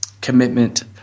commitment